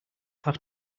have